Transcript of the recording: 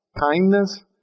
kindness